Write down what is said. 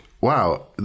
wow